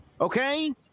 okay